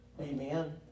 Amen